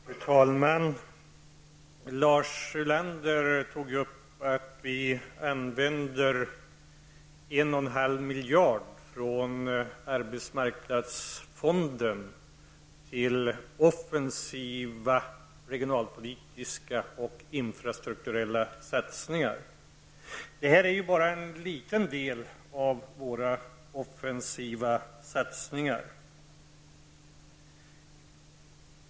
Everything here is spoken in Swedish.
Fru talman! Lars Ulander sade att vi använder 1,5 Men det är bara en liten del av våra offensiva satsningar.